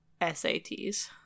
SATs